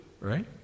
right